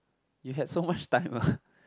you had so much time ah